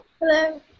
Hello